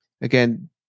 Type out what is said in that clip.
Again